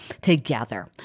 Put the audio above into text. together